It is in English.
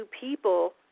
people